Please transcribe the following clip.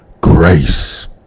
grace